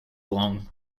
long